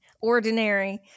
ordinary